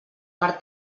per